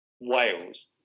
Wales